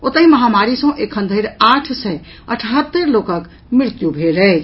ओतहि महामारी सँ एखन धरि आठ सय अठहत्तरि लोकक मृत्यु भेल अछि